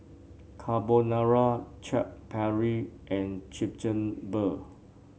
Carbonara Chaat Papri and Chigenabe